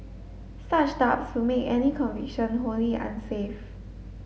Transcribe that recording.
such doubts would make any conviction wholly unsafe